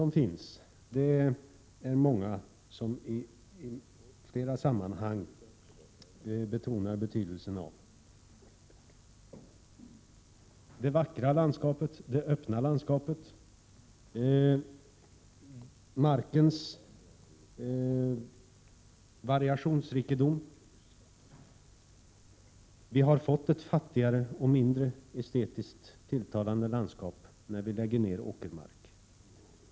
Många har i flera sammanhang betonat betydelsen av kulturvärdena: det vackra och öppna landskapet, markens variationsrikedom. Vi har fått ett fattigare och mindre estetiskt tilltalande landskap när vi lagt ner åkermark.